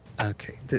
Okay